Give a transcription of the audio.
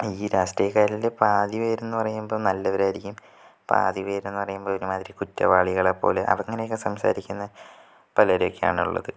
ഈ രാഷ്ട്രീയക്കാരില് പാതി പേരെന്ന് പറയുമ്പം നല്ലവരായിരിയ്ക്കും പാതി പേരെന്ന് പറയുമ്പം ഒരുമാതിരി കുറ്റവാളികളെ പോലെ അങ്ങനേക്കെ സംസാരിക്കുന്ന പലരെ ഒക്കെയാണ് ഉള്ളത്